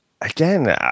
again